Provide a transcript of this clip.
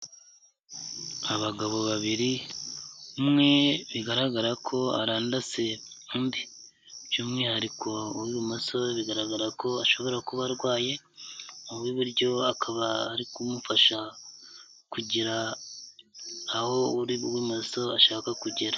Abagabo babiri umwe bigaragara ko arandase undi, by'umwihariko w'ibumoso bigaragara ko ashobora kuba arwaye uw'iburyo akaba ari kumufasha kugera aho uri ibumoso ashaka kugera.